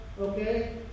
okay